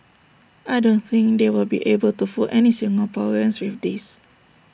I don't think they will be able to fool any Singaporeans with this